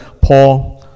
Paul